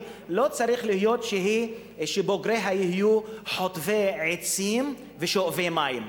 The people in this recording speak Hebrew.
לא צריך להיות שבוגריה יהיו חוטבי עצים ושואבי מים.